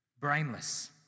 brainless